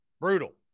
brutal